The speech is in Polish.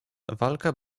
walka